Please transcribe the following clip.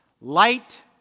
light